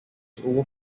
hubo